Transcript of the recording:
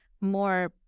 more